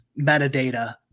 metadata